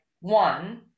one